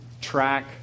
track